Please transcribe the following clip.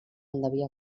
endeví